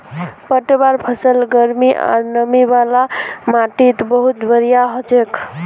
पटवार फसल गर्मी आर नमी वाला माटीत बहुत बढ़िया हछेक